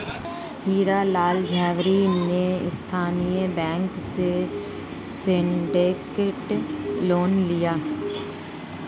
हीरा लाल झावेरी ने स्थानीय बैंकों से सिंडिकेट लोन लिया